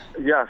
Yes